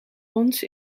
ons